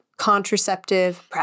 contraceptive